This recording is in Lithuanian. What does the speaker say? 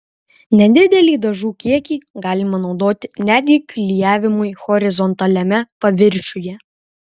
nedidelį dažų kiekį galima naudoti netgi klijavimui horizontaliame paviršiuje